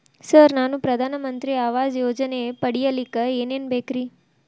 Sir ನಾನು ಪ್ರಧಾನ ಮಂತ್ರಿ ಆವಾಸ್ ಯೋಜನೆ ಪಡಿಯಲ್ಲಿಕ್ಕ್ ಏನ್ ಏನ್ ಬೇಕ್ರಿ?